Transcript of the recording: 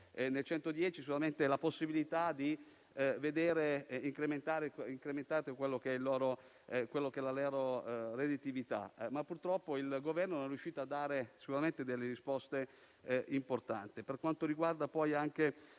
cento solamente la possibilità di vedere incrementata la loro redditività; purtroppo il Governo non è riuscito a dare delle risposte importanti.